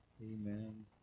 Amen